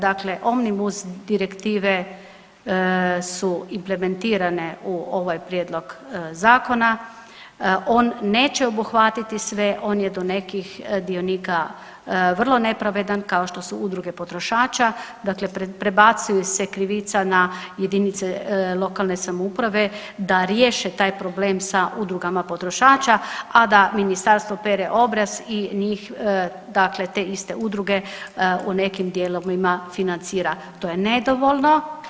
Dakle, Omnibus direktive su implementirane u ovaj prijedlog zakona, on neće obuhvatiti sve, on je do nekih dionika vrlo nepravedan kao što su udruge potrošača, dakle prebacuje se krivica na jedinice lokalne samouprave da riješe taj problem sa udrugama potrošača, a da ministarstvo pere obraz i njih dakle te iste udruge u nekim dijelovima financira to je nedovoljno.